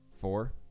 four